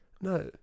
No